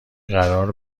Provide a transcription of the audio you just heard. قراره